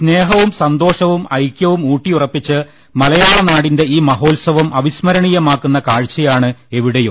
സ്നേഹവും സന്തോഷവും ഐക്യവും ഊട്ടിയുറപ്പിച്ച് മല യാളനാടിന്റെ ഈ മഹോത്സവം അവിസ്മരണ്ടീയമാക്കുന്ന കാഴ്ചയാണ് എവിടെയും